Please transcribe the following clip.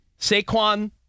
Saquon